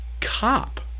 cop